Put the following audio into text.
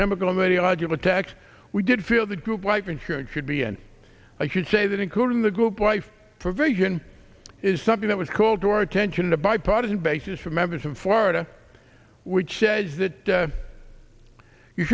chemical mereological attacks we did feel that group life insurance should be and i should say that including the group life provision is something that was called to our attention in a bipartisan basis for members from florida which says that you